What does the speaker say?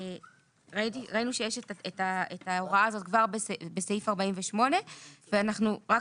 ראינו שיש את ההוראה הזאת כבר בסעיף 48 ואנחנו רק